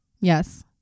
Yes